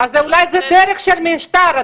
אז אולי זו דרך של המשטר.